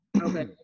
Okay